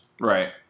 Right